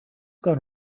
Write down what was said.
gone